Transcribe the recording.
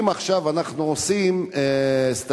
אם עכשיו אנחנו עושים סטטיסטיקה,